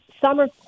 summer